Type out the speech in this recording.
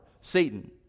Satan